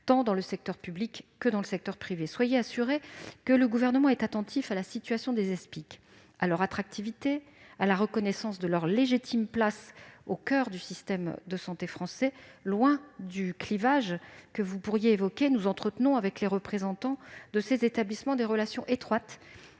tant dans le secteur public que dans le secteur privé. Soyez assuré que le Gouvernement est attentif à la situation, à l'attractivité des Espic et à la reconnaissance de leur légitime place au coeur du système de santé français. Loin du clivage que vous évoquez, nous entretenons avec les représentants de ces établissements des relations étroites